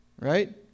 right